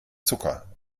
zucker